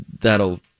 that'll